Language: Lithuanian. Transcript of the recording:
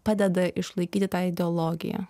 padeda išlaikyti tą ideologiją